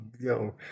yo